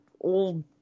old